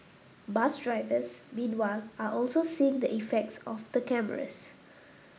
bus drivers meanwhile are also seeing the effects of the cameras